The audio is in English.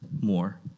more